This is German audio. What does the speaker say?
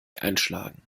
einschlagen